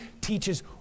teaches